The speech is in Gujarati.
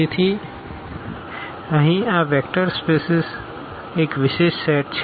તેથી અહીં આ વેક્ટર સ્પેસીસ તેઓ અહીં વિશેષ સેટ છે